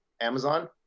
Amazon